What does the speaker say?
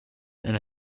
een